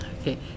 Okay